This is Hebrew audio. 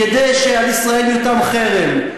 כדי שעל ישראל יוטל חרם,